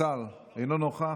השר, אינו נוכח,